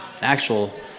actual